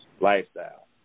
lifestyle